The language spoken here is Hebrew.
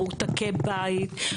כמו מרותקי בית.